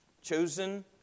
chosen